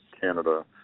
Canada